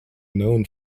known